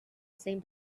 same